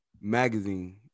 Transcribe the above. magazine